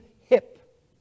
hip